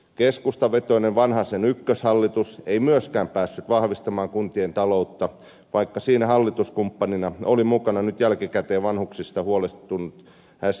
keskustavetoinen vanhasen ykköshallitus ei myöskään päässyt vahvistamaan kuntien taloutta vaikka siinä hallituskumppanina oli mukana nyt jälkikäteen vanhuksista huolestunut sdp